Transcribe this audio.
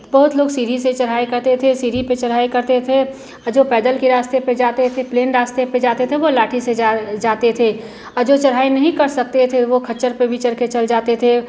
तो बहुत लोग सीढ़ी से चढ़ाई करते थे सीढ़ी पर चढ़ाई करते थे अ जो पैदल के रास्ते पर जाते थे प्लेन रास्ते पर जाते थे वे लाठी से जा जाते थे और जो चढ़ाई नहीं कर सकते थे वे ख़च्चर पर भी चढ़कर चल जाते थे